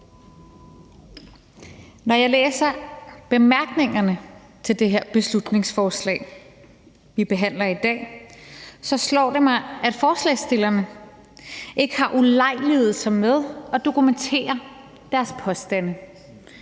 Når jeg læser bemærkningerne til det her beslutningsforslag, vi behandler i dag, slår det mig, at forslagsstillerne ikke har ulejliget sig med at dokumentere deres påstande.